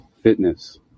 Fitness